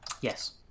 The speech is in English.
Yes